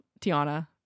Tiana